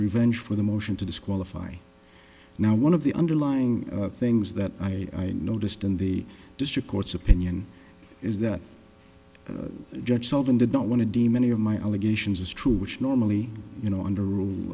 revenge for the motion to disqualify now one of the underlying things that i noticed in the district court's opinion is that judge sullivan did not want to deem any of my allegations as true which normally you know under r